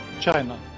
China